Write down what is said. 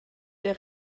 der